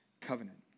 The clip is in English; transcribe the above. covenant